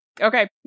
Okay